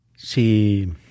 Si